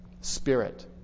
spirit